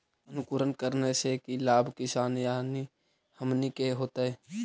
अंकुरण करने से की लाभ किसान यानी हमनि के होतय?